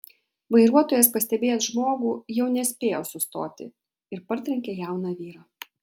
vairuotojas pastebėjęs žmogų jau nespėjo sustoti ir partrenkė jauną vyrą